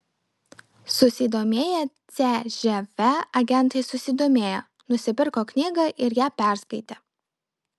susidomėję cžv agentai susidomėjo nusipirko knygą ir ją perskaitė